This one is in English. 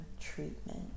treatment